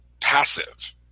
passive